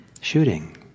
shooting